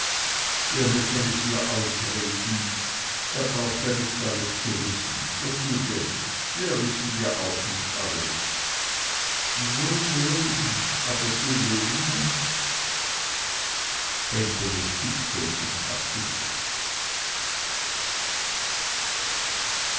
wir müssen es ihr ausreden er braucht ja nich alles zu wissen wozu denn wir wissen ja auch nich alles woll woll aber die lene